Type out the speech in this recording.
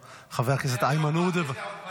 חבר הכנסת איימן עודה --- אני מוכן לדבר עוד פעם.